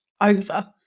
over